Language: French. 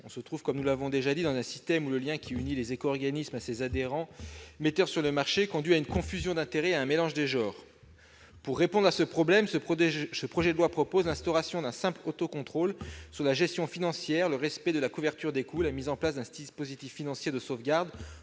On se trouve, comme nous l'avons déjà dit, dans un système où le lien qui unit les éco-organismes à ses adhérents metteurs sur le marché conduit à une confusion d'intérêt et à un mélange des genres. Pour répondre à ce problème, le projet de loi instaure un simple autocontrôle sur la gestion financière, le respect de la couverture des coûts, la mise en place d'un dispositif financier de sauvegarde,